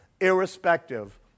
irrespective